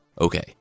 Okay